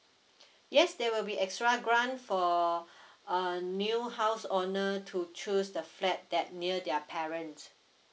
yes there will be extra grant for a new house owner to choose the flat that near their parent